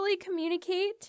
communicate